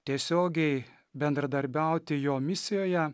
tiesiogiai bendradarbiauti jo misijoje